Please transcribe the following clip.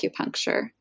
acupuncture